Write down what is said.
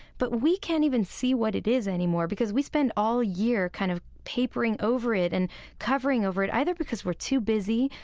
but we can't even see what it is anymore, because we spend all year kind of papering over it and covering over it either, because we're too busy,